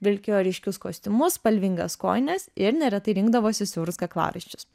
vilkėjo ryškius kostiumus spalvingas kojines ir neretai rinkdavosi siaurus kaklaraiščius